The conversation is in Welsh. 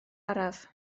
araf